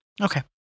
Okay